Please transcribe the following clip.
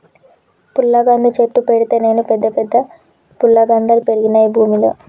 పుల్లగంద చెట్టు పెడితే నేను పెద్ద పెద్ద ఫుల్లగందల్ పెరిగినాయి భూమిలో